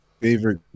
favorite